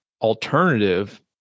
alternative